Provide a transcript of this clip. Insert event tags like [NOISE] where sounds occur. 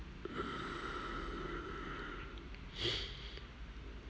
[BREATH]